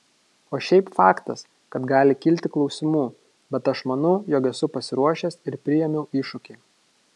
o šiaip faktas kad gali kilti klausimų bet aš manau jog esu pasiruošęs ir priėmiau iššūkį